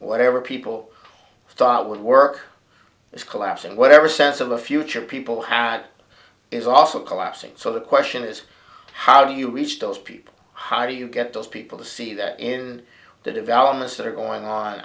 whatever people thought would work is collapsing whatever sense of a future people had is also collapsing so the question is how do you reach those people hire you get those people to see that in the developments that are going on